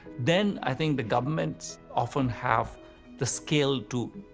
then i think the government's often have the skill to,